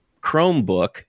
Chromebook